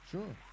Sure